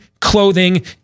clothing